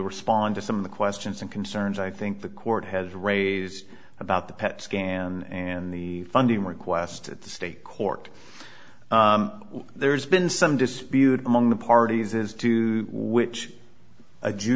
respond to some of the questions and concerns i think the court has raised about the pet scan and the funding request at the state court there's been some dispute among the parties is to which